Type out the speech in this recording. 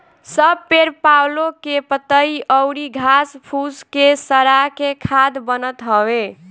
सब पेड़ पालो के पतइ अउरी घास फूस के सड़ा के खाद बनत हवे